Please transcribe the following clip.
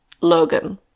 Logan